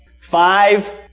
five